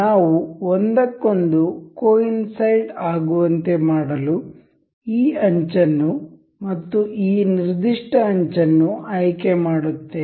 ನಾವು ಒಂದಕ್ಕೊಂದು coincide ಆಗುವಂತೆ ಮಾಡಲು ಈ ಅಂಚನ್ನು ಮತ್ತು ಈ ನಿರ್ದಿಷ್ಟ ಅಂಚನ್ನು ಆಯ್ಕೆ ಮಾಡುತ್ತೇವೆ